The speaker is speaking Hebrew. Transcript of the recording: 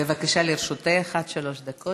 בבקשה, לרשותך עד שלוש דקות.